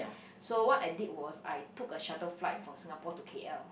so what I did was I took a shuttle flight from Singapore to k_l